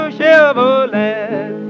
Chevrolet